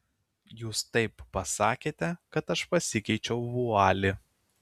jūs taip pasakėte kad aš pasikeičiau vualį